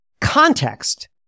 context